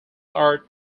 art